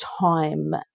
time